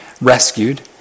Rescued